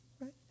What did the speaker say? right